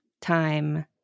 time